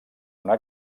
una